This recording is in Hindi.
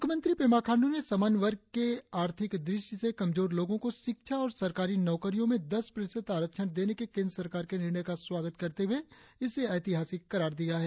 मूख्यमंत्री पेमा खांड्र ने सामान्य वर्ग के आर्थिक दृष्टि से कमजोर लोगों को शिक्षा और सरकारी नौकरियों में दस प्रतिशत आरक्षण देने के केंद्र सरकार के निर्णय का स्वागत करते हुए इसे ऐतिहासिक करार दिया है